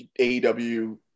AEW